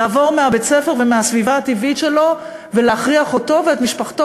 לעבור מבית-הספר ומהסביבה הטבעית שלו ולהכריח אותו ואת משפחתו